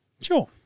Sure